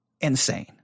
insane